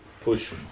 push